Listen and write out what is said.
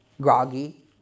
groggy